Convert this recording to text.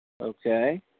Okay